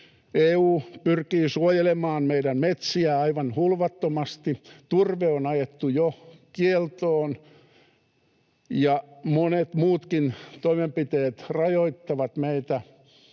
EU pyrkii suojelemaan meidän metsiämme aivan hulvattomasti. Turve on ajettu jo kieltoon, ja monet muutkin toimenpiteet rajoittavat meitä